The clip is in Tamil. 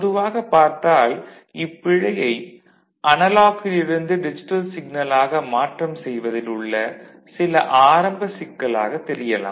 பொதுவாக பார்த்தால் இப்பிழையை அனலாக்கிலிருந்து டிஜிட்டல் சிக்னல் மாற்றம் செய்வதில் உள்ள சில ஆரம்ப சிக்கலாகத் தெரியலாம்